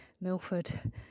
Milford